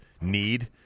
need